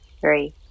three